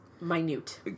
minute